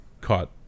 caught